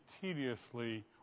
tediously